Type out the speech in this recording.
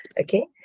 okay